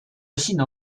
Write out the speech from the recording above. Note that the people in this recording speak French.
lachine